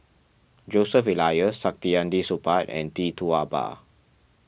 Joseph Elias Saktiandi Supaat and Tee Tua Ba